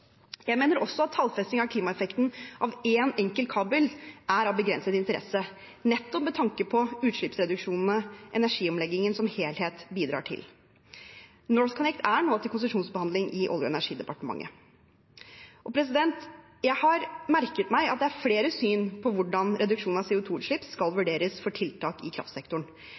Jeg mener også at tallfesting av klimaeffekten av én enkelt kabel er av begrenset interesse, nettopp med tanke på utslippsreduksjonene energiomleggingen som helhet bidrar til. NorthConnect er nå til konsesjonsbehandling i Olje- og energidepartementet. Jeg har merket meg at det er flere syn på hvordan reduksjonen av CO 2 -utslipp skal vurderes for tiltak i kraftsektoren.